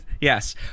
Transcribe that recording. Yes